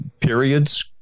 periods